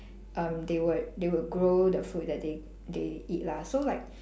um they would they would grow the food that they they eat lah so like